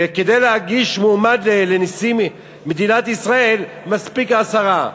וכדי להגיש מועמד לנשיא מדינת ישראל מספיק עשרה?